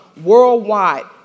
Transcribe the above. worldwide